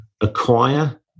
acquire